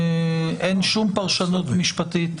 אין שום פרשנות משפטית,